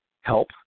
help